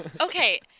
okay